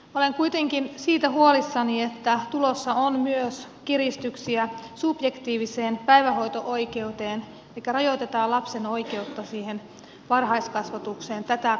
olen kuitenkin huolissani siitä että tulossa on myös kiristyksiä subjektiiviseen päivähoito oikeuteen elikkä rajoitetaan lapsen oikeutta siihen varhaiskasvatukseen tätä kautta